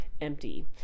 empty